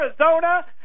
Arizona